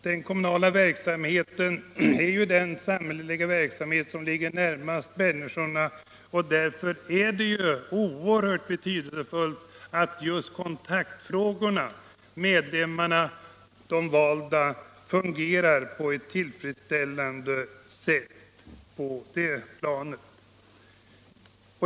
Den kommunala verksamheten är den samhälleliga aktivitet som ligger närmast människorna, och därför är det oerhört betydelsefullt att just kontakterna mellan medborgarna och de valda fungerar på ett tillfredsställande sätt på det planet.